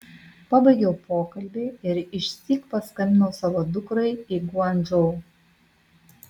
pabaigiau pokalbį ir išsyk paskambinau savo dukrai į guangdžou